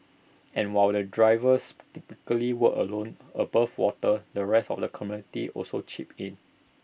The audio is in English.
and while the divers typically work alone above water the rest of the community also chips in